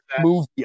movie